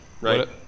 right